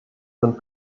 sind